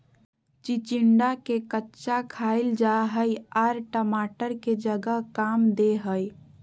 चिचिंडा के कच्चा खाईल जा हई आर टमाटर के जगह काम दे हइ